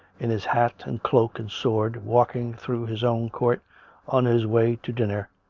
in his hat and cloak and sword, walking through his own court on his way to dinner,